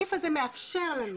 הסעיף הזה מאפשר לנו